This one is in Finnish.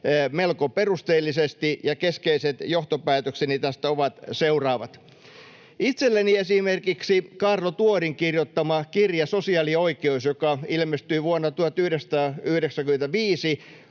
melko perusteellisesti, ja keskeiset johtopäätökseni tästä ovat seuraavat: Itselleni esimerkiksi Kaarlo Tuorin kirjoittama kirja Sosiaalioikeus, joka ilmestyi vuonna 1995,